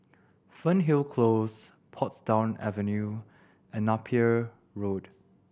Fernhill Close Portsdown Avenue and Napier Road